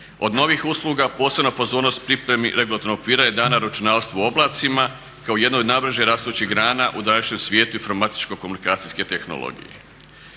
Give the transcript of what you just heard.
Od novih usluga posebna pozornost pripremi regulatornog okvira je dana računarstvu … kao jednoj od najbrže rastućih grana u današnjem svijetu informatičko-komunikacijske tehnologije.